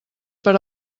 per